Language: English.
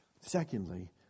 Secondly